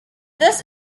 this